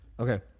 Okay